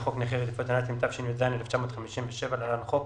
לחוק נכי המלחמה בנאצים תשי"ז-1957 (להלן החוק)